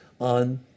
on